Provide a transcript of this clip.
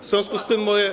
W związku z tym moje.